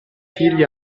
figli